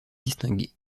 distinguer